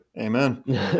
amen